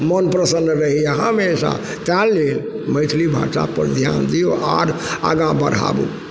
मोन प्रसन्न रहइए हमेशा तैं लेल मैथिली भाषापर ध्यान दियौ आओर आगा बढ़ाबु